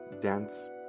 dance